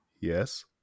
yes